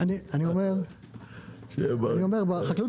בחקלאות